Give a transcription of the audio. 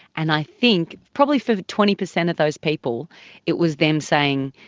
and i think probably for twenty percent of those people it was them saying,